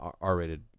R-rated